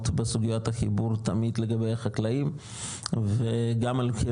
בסוגיית החיבור תמיד לגבי החקלאים וגם על מחיר